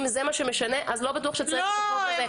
אם זה מה שמשנה, אז לא בטוח שצריך את החוק הזה.